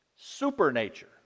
supernature